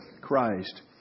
Christ